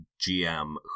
GM